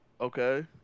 Okay